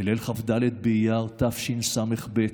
בליל כ"ד באייר תשס"ב,